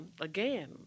again